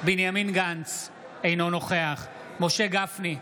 בנימין גנץ, אינו נוכח משה גפני,